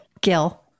Gil